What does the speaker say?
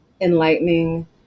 enlightening